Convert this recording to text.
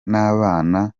n’abana